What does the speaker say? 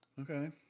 Okay